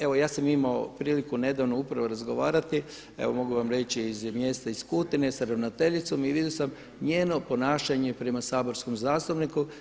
Evo ja sam imao priliku nedavno upravo razgovarati, evo mogu vam reći iz mjesta iz Kutine sa ravnateljicom i vidio sam njeno ponašanje prema saborskom zastupniku.